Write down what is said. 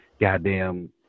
goddamn